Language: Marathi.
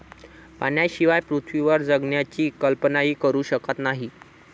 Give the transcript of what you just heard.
पाण्याशिवाय पृथ्वीवर जगण्याची कल्पनाही करू शकत नाही